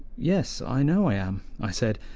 yes, i know i am, i said,